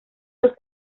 los